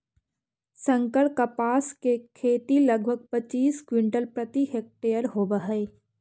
संकर कपास के खेती लगभग पच्चीस क्विंटल प्रति हेक्टेयर होवऽ हई